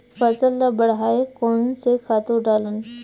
फसल ल बढ़ाय कोन से खातु डालन?